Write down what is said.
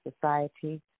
Society